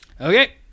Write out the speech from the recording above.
okay